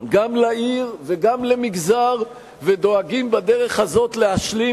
גם לעיר וגם למגזר ודואגים בדרך הזאת להשלים.